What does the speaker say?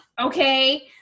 okay